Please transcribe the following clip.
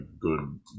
good